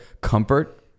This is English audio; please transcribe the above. comfort